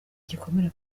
igikomere